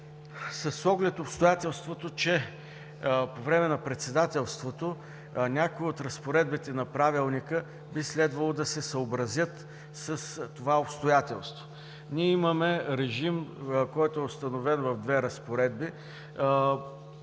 С оглед обстоятелството, че по време на председателството някои от разпоредбите на Правилника би следвало да се съобразят с това обстоятелство, ние имаме режим, който е установен в две разпоредби,